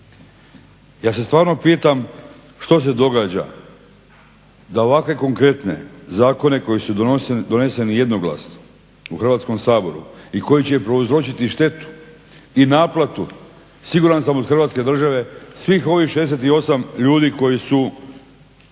Ja se stvarno pitam što se događa, da ovakve konkretne zakone koji su doneseni jednoglasno u Hrvatskom saboru i koji će prouzročiti štetu i naplatu. Siguran sam od Hrvatske države svih ovih 68 ljudi koji su